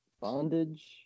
bondage